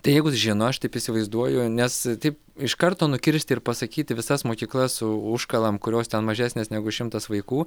tai jeigu žino aš taip įsivaizduoju nes taip iš karto nukirst ir pasakyt visas mokyklas u užkalam kurios ten mažesnės negu šimtas vaikų